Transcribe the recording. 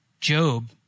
Job